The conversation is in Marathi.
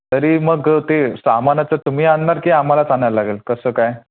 तरी मग ते सामानाचं तुम्ही आणणार की आम्हालाच आणायला लागेल कसं काय